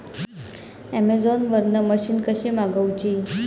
Amazon वरन machine कशी मागवची?